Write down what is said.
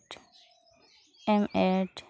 ᱮᱢ Ed